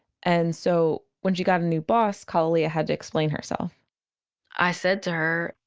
and so when she got a new boss, kalalea had to explain herself i said to her,